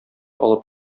алып